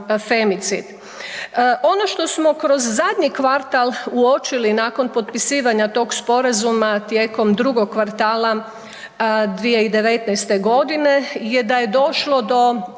Ono što smo kroz zadnji kvartal uočili nakon potpisivanja tog sporazuma, a tijekom drugog kvartala 2019.g. je da je došlo do